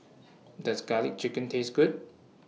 Does Garlic Chicken Taste Good